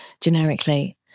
generically